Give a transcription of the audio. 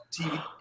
TV